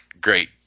great